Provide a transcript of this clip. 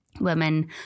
women